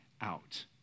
out